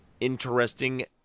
interesting